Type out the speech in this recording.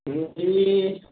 ए